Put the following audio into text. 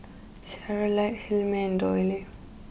Charlottie Hilmer and Doyle